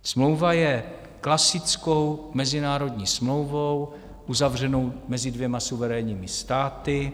Smlouva je klasickou mezinárodní smlouvou uzavřenou mezi dvěma suverénními státy.